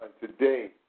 today